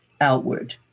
outward